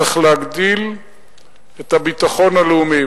צריך להגדיל את הביטחון הלאומי.